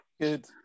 good